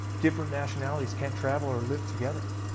different nationalities can't travel or live together.